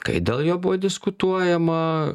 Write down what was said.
kai dėl jo buvo diskutuojama